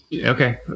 Okay